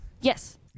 Yes